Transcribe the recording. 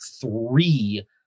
three